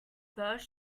first